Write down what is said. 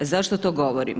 Zašto to govorim?